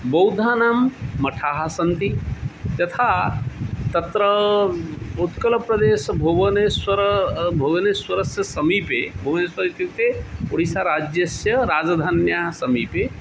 बौद्धानां मठाः सन्ति यथा तत्र उत्कलप्रदेशः भुवनेश्वरस्य भुवनेश्वरस्य समीपे भुवनेश्वरः इत्युक्ते ओडिसाज्यस्य राजधान्याः समीपे